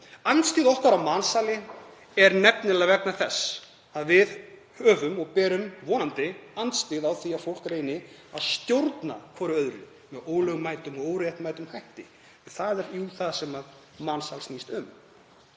Andstyggð okkar á mansali er nefnilega vegna þess að við höfum vonandi andstyggð á því að fólk reyni að stjórna hvert öðru með ólögmætum og óréttmætum hætti. Það er jú það sem mansal snýst um.